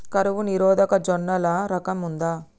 కరువు నిరోధక జొన్నల రకం ఉందా?